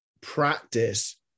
practice